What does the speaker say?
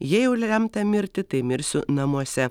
jie jau lemta mirti tai mirsiu namuose